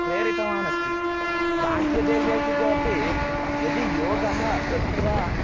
प्रेरितवान् अस्ति बाह्यदेशेषु च अपि यदि योगः तत्र